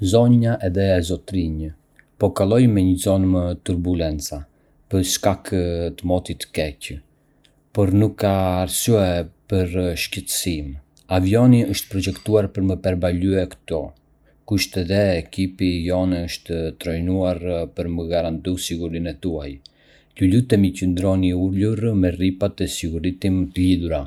Zonja edhe zotërinj, po kalojmë një zonë me turbulenca për shkak të motit të keq, por nuk ka arsye për shqetësim. Avioni është projektuar për me përballue këto kushte edhe ekipi ynë është trajnuar për me garantu sigurinë tuaj. Ju lutemi qëndroni ulur me rripat e sigurimit të lidhura.